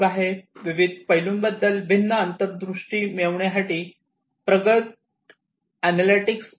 विविध पैलुंबद्दल भिन्न अंतर्दृष्टी मिळवण्यासाठी प्रगत एनलेटिक्स आहेत